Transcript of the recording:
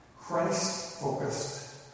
Christ-focused